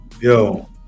Yo